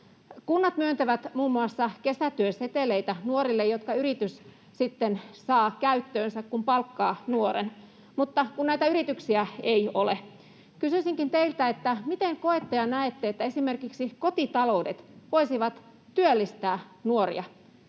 Kunnat myöntävät nuorille muun muassa kesätyöseteleitä, jotka yritys sitten saa käyttöönsä, kun palkkaa nuoren, mutta kun näitä yrityksiä ei ole. Kysyisinkin teiltä: miten koette ja näette, että esimerkiksi kotitaloudet voisivat työllistää nuoria?